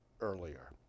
earlier